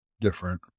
different